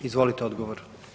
Izvolite odgovor.